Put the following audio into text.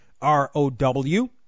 R-O-W